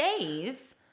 days